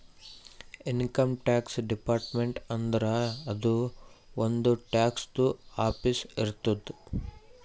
income tax department ಅಂದುರ್ ಅದೂ ಒಂದ್ ಟ್ಯಾಕ್ಸದು ಆಫೀಸ್ ಇರ್ತುದ್